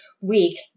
week